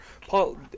Paul